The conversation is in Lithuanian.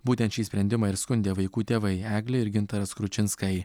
būtent šį sprendimą ir skundė vaikų tėvai eglė ir gintaras kručinskai